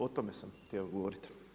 O tome sam htio govoriti.